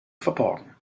verborgen